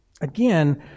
Again